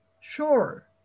sure